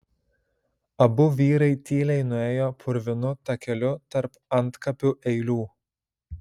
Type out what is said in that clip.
abu vyrai tyliai nuėjo purvinu takeliu tarp antkapių eilių